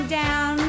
down